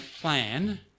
plan